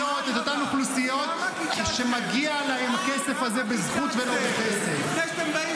אוכלוסיות שמגיע להן הכסף הזה בזכות ולא בחסד -- כמה קיצצתם?